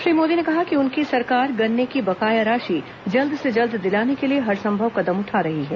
श्री मोदी ने कहा कि उनकी सरकार गन्ने की बकाया राशि जल्द से जल्द दिलाने के लिए हर संभव कदम उठा रही है